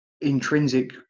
intrinsic